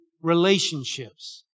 relationships